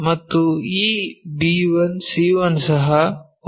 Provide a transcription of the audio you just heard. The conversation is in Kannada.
ಮತ್ತು ಈ b1 c1 ಸಹ ಒಂದೇ ಉದ್ದವನ್ನು ನೋಡಲಿದ್ದೇವೆ